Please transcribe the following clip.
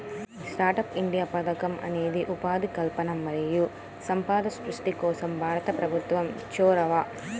startup India పథకం అనేది ఉపాధి కల్పన మరియు సంపద సృష్టి కోసం భారత ప్రభుత్వం చొరవ